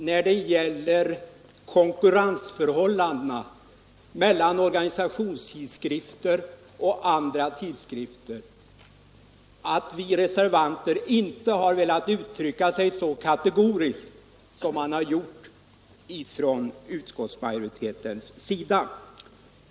När det gäller konkurrensförhållandena mellan organisationstidskrifter och andra tidskrifter har vi reservanter inte velat uttrycka oss så kategoriskt som utskottsmajoriteten.